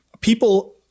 people